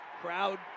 Crowd